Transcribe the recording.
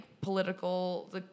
political